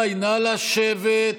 נא לשבת.